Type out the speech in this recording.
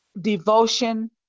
devotion